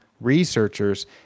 researchers